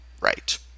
right